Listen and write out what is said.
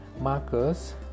markers